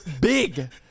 big